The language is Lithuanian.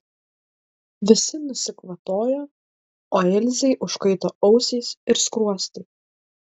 visi nusikvatojo o ilzei užkaito ausys ir skruostai